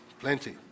plenty